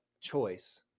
choice